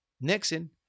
Nixon